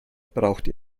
braucht